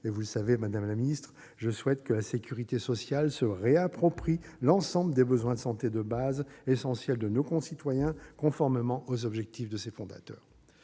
considérables. À titre personnel, je souhaite que la sécurité sociale se réapproprie l'ensemble des besoins de santé de base essentiels à nos concitoyens, conformément aux objectifs de ses fondateurs.